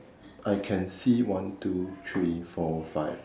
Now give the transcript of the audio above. I can see one two three four five